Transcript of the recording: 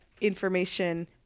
information